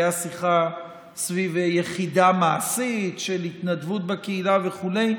הייתה שיחה סביב יחידה מעשית של התנדבות בקהילה וכו',